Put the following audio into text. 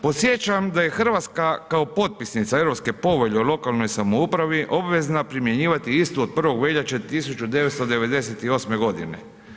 Podsjećam da je Hrvatska kao potpisnica Europske povelje o lokalnoj samoupravi obvezna primjenjivati istu od 1. veljače 1998. godine.